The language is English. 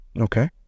okay